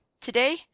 Today